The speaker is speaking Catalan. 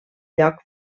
lloc